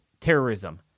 terrorism